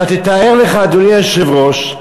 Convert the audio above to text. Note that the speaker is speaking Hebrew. אבל תתאר לך, אדוני היושב-ראש,